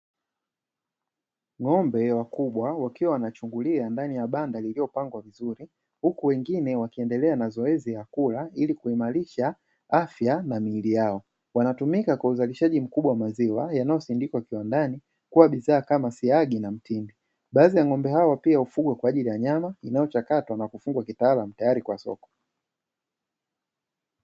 Ng'ombe wakubwa wakiwa wanachungulia ndani ya banda lililopangwa vizuri, huku wengine wakiendelea na zoezi la kula ili kuimarisha afya na miili yao. Wanatumika kwa uzalishaji mkubwa wa maziwa yanayosindikwa kiwandani, kua bidhaa kama siagi na mtindi. Baadhi ya ng'ombe hao pia hufugwa kwa ajili ya nyama inayochakatwa na kufungwa kitaalamu tayari kwa ya soko.